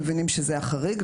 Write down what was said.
מבינים שזה באמת החריג,